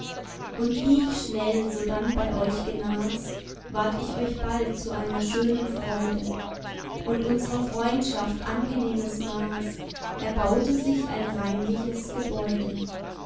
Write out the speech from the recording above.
und wie ich schnell sodann bei euch genas ward ich euch bald zu einer schönen freude und unsrer freundschaft angenehmes maß erbaute sich ein reinliches gebäude